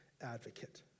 advocate